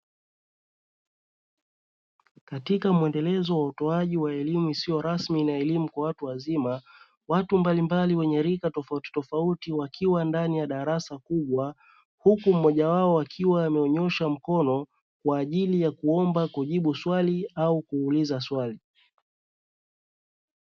Katika muendelezo wa utoaji wa elimu isiyo rasmi na elimu kwa watu wazima, watu mbalimbali wenye rika tofautitofauti wakiwa ndani ya darasa kubwa, huku mmoja wao akiwa ameunyosha mkono kwa ajili ya kuomba kujibu swali au kuuliza swali.